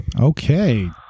Okay